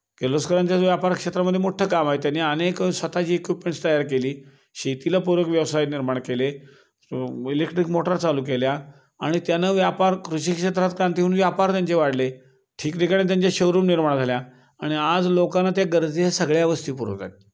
किर्लोस्करांच्या ज व्यापार क्षेत्रामध्ये मोठं काम आहे त्यानी अनेक स्वतःची इक्विपमेंट्स तयार केली शेतीला पूरक व्यवसाय निर्माण केले इलेक्ट्रिक मोटर चालू केल्या आणि त्यानं व्यापार कृषी क्षेत्रात क्रांती होऊन व्यापार त्यांचे वाढले ठिकठिकाणी त्यांच्या शोरूम निर्माण झाल्या आणि आज लोकांना त्या गरजे हे सगळ्या वस्तू पुरवत आहेत